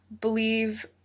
believe